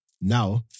now